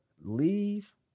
leave